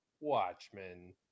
Watchmen